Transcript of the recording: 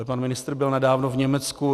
Pan ministr byl nedávno v Německu.